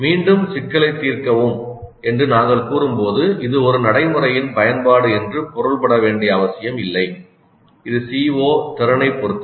மீண்டும் சிக்கலைத் தீர்க்கவும் என்று நாங்கள் கூறும்போது இது ஒரு நடைமுறையின் பயன்பாடு என்று பொருள் பட வேண்டிய அவசியம் இல்லை இது CO திறனைப் பொறுத்தது